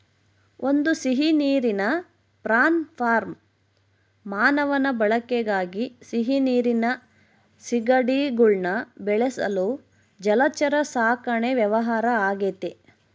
ಒಂದು ಸಿಹಿನೀರಿನ prawn farm ಮಾನವನ ಬಳಕೆಗಾಗಿ ಸಿಹಿನೀರಿನ ಸೀಗಡಿಗುಳ್ನ ಬೆಳೆಸಲು ಜಲಚರ ಸಾಕಣೆ ವ್ಯವಹಾರ ಆಗೆತೆ